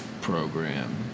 program